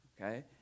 Okay